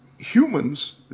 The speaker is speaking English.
Humans